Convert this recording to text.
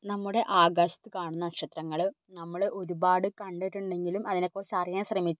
നമ്മുടെ ആകാശത്ത് കാണുന്ന നക്ഷത്രങ്ങള് നമ്മള് ഒരുപാട് കണ്ടിട്ടുണ്ടെങ്കിലും അതിനെക്കുറിച്ച് അറിയാൻ ശ്രമിച്ചത്